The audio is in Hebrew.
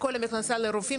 נעשה לרופאים,